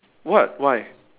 what why